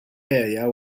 area